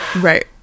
right